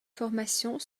formations